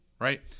right